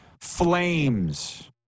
Flames